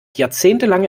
jahrzehntelange